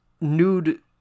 nude